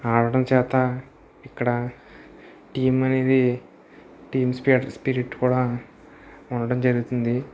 ఆడడం చేత ఇక్కడ టీం అనేది టీం స్పీడ్ స్పిరిట్ కూడా ఉండడం జరుగుతుంది